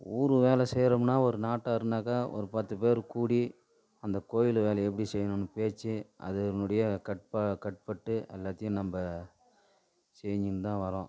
ஊர் வேலை செய்யறோம்னா ஒரு நாட்டார்னாக்கா ஒரு பத்து பேர் கூடி அந்த கோயில் வேலையை எப்படி செய்யணும்னு பேச்சு அதனுடைய கட்டுப்பா கட்டுப்பட்டு எல்லாத்தையும் நம்ப செஞ்சுன்னு தான் வரோம்